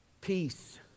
peace